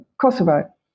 Kosovo